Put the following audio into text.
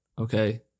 okay